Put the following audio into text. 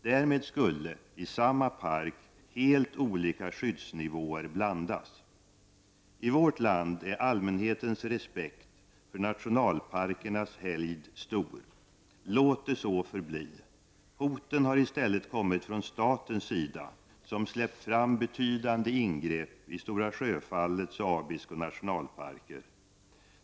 Därmed skulle, i samma park, helt olika skyddsnivåer blandas. I vårt land är allmänhetens respekt för nationalparkernas helgd stor. Låt det så förbli! Hoten har i stället kommit från statens sida, som släppt fram betydande ingrepp i Stora Sjöfallets och Abisko nationalparker.